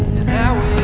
an hour